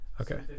Okay